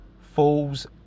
falls